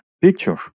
picture